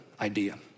idea